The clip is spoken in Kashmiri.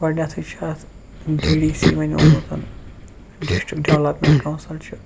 گۄڈٕنیتھٕے چھُ اَتھ ڈی ڈی سی بَنیومُت ڈِسٹرک ڈیٚولَپمیٚنٹ کونسل چھُ